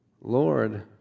Lord